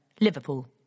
Liverpool